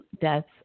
deaths